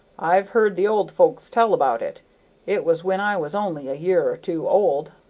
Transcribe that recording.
i've heard the old folks tell about it it was when i was only a year or two old.